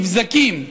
מבזקים,